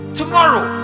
tomorrow